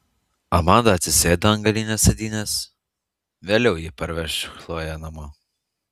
amanda atsisėdo ant galinės sėdynės vėliau ji parveš chloję namo